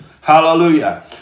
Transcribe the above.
Hallelujah